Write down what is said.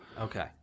okay